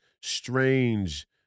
strange